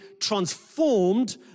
transformed